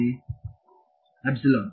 ವಿದ್ಯಾರ್ಥಿ ಎಪ್ಸಿಲಾನ್